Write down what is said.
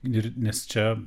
ir nes čia